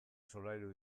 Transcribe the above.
solairu